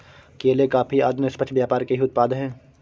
केले, कॉफी आदि निष्पक्ष व्यापार के ही उत्पाद हैं